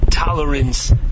Tolerance